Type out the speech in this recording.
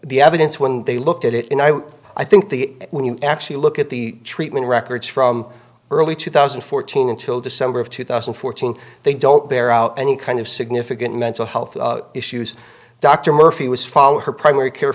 the evidence when they looked at it i think the when you actually look at the treatment records from early two thousand and fourteen until december of two thousand and fourteen they don't bear out any kind of significant mental health issues dr murphy was following her primary care